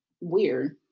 weird